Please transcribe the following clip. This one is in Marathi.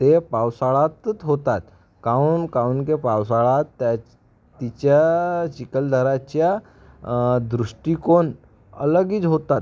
ते पावसाळातच होतात काऊन काऊन के पावसाळात त्या तिच्या चिखलदराच्या दृष्टीकोन अलगीच होतात